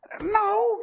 No